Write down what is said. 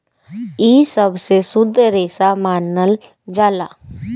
इ सबसे शुद्ध रेसा मानल जाला